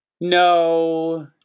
No